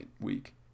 week